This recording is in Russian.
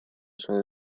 свою